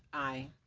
aye.